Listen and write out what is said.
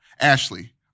Ashley